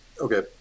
Okay